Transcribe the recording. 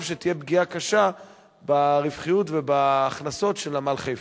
שתהיה פגיעה קשה ברווחיות ובהכנסות של נמל חיפה.